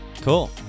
Cool